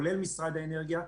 כולל משרד האנרגיה,